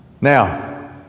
Now